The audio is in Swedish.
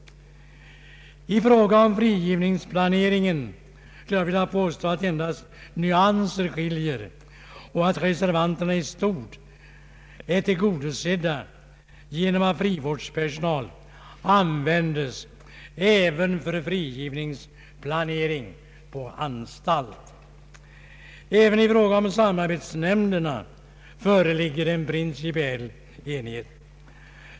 I fråga om frigivningsplaneringen skulle jag vilja påstå att endast nyanser skiljer och att reservanterna i stort är tillgodosedda genom att frivårdspersonal används även för frigivningsplanering på anstalt. Även i fråga om samarbetsnämnderna föreligger en principiell enighet.